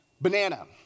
Banana